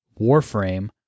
Warframe